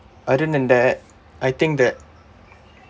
other than that I think that